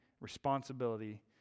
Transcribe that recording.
responsibility